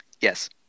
Yes